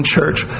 church